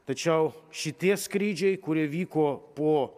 tačiau šitie skrydžiai kurie vyko po